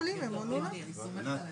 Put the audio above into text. נעולה.